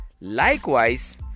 Likewise